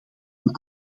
een